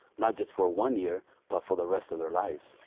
not just for one year but for the rest of their lives.